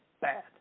bad